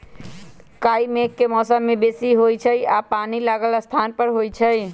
काई मेघ के मौसम में बेशी होइ छइ आऽ पानि लागल स्थान पर होइ छइ